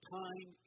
time